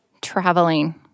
Traveling